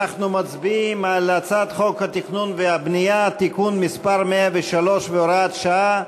אנחנו מצביעים על הצעת חוק התכנון והבנייה (תיקון מס' 103 והוראת שעה),